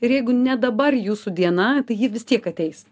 ir jeigu ne dabar jūsų diena tai ji vis tiek ateis